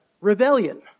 rebellion